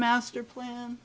master plan